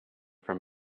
from